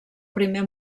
primer